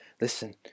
Listen